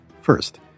first